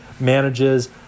manages